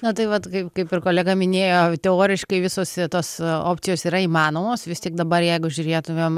na tai vat ka kaip ir kolega minėjo teoriškai visos tos opcijos yra įmanomos vis tik dabar jeigu žiūrėtumėm